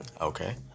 Okay